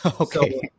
Okay